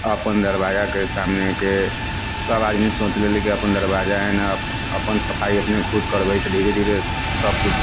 अपन दरवाजाके सामनेके सभ आदमी सोचि रहली कि अपन दरवाजा है न अपन सफाइ अपने खुद करबै तऽ धीरे धीरे सभ किछु